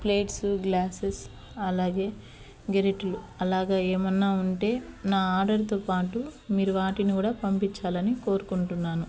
plates glasses అలాగే గరిటలు అలాగ ఏమైన ఉంటే నా ఆర్డర్తో పాటు మీరు వాటిని కూడా పంపించాలని కోరుకుంటున్నాను